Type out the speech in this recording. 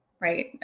right